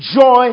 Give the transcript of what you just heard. joy